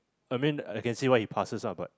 I mean I can see why he passes ah but